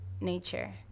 nature